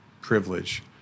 privilege